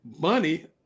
Money